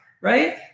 Right